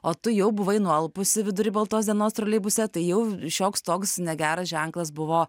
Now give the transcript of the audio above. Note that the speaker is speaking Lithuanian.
o tu jau buvai nualpusi vidury baltos dienos troleibuse tai jau šioks toks negeras ženklas buvo